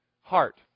heart